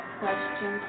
question